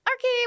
Okay